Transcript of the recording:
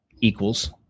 equals